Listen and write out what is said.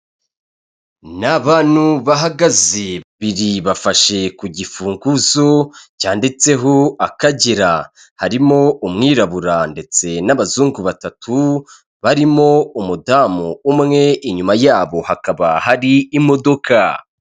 Ni abantu bahagaze babiri bafashe ku gifunguzo cyanditseho akagera, harimo umwirabura ndetse n'abazungu batatu barimo umudamu umwe, inyuma yabo hakaba hari imodoka.